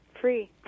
free